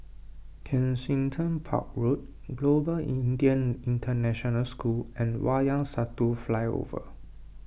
Kensington Park Road Global Indian International School and Wayang Satu Flyover